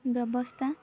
ବ୍ୟବସ୍ଥା